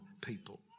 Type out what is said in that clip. people